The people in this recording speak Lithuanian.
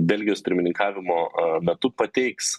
belgijos pirmininkavimo metu pateiks